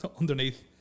underneath